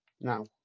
Now